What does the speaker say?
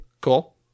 Cool